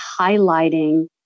highlighting